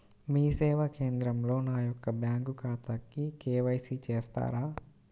మీ సేవా కేంద్రంలో నా యొక్క బ్యాంకు ఖాతాకి కే.వై.సి చేస్తారా?